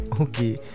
okay